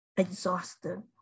exhausted